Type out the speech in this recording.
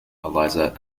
eliza